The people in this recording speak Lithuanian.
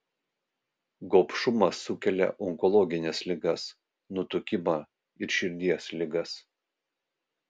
gobšumas sukelia onkologines ligas nutukimą ir širdies ligas